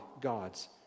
God's